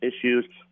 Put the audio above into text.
issues